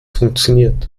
funktioniert